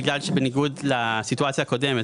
בגלל שבניגוד לסיטואציה הקודמת,